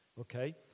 okay